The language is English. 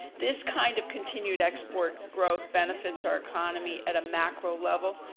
this kind of continued export growth benefits our economy at a macro level,